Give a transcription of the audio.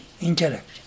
intellect